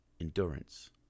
endurance